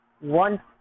one